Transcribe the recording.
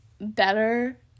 better